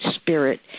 spirit